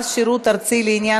התשע"ו 2015, עברה